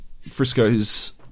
frisco's